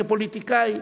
כפוליטיקאי,